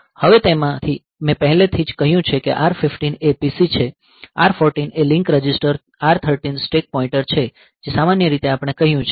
હવે તેમાંથી મેં પહેલેથી જ કહ્યું છે કે R 15 એ PC છે R 14 એ link register R 13 stack pointer છે જે સામાન્ય રીતે આપણે કહ્યું છે